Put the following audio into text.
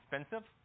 expensive